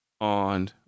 on